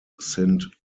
sint